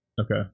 okay